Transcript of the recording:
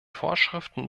vorschriften